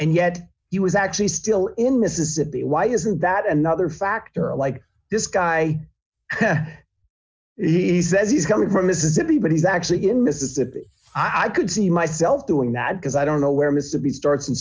and yet he was actually still in mississippi why isn't that another factor like this guy he says he's coming from mississippi but he's actually in mississippi i could see myself doing that because i don't know where mississippi starts